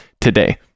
today